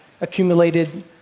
accumulated